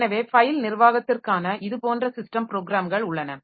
எனவே ஃபைல் நிர்வாகத்திற்கான இது போன்ற ஸிஸ்டம் ப்ரோக்ராம்கள் உள்ளன